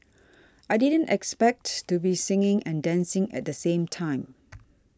I didn't expect to be singing and dancing at the same time